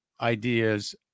ideas